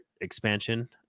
expansion